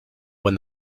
when